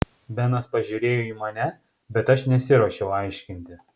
benas pažiūrėjo į mane bet aš nesiruošiau aiškinti